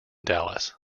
dallas